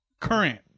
current